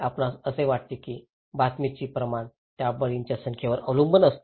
आपणास असे वाटते की बातमीचे प्रमाण त्या बळींच्या संख्येवर अवलंबून असते